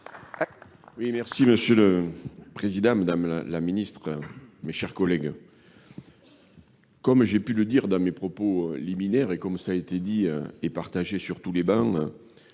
Oui, merci Monsieur le Président, Madame la Ministre, mes chers collègues. Comme j'ai pu le dire dans mes propos liminaires et comme ça a été dit et partagé sur tous les bancs,